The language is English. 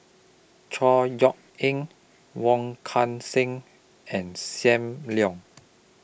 Chor Yeok Eng Wong Kan Seng and SAM Leong